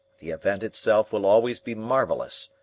the event itself will always be marvellous,